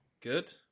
Good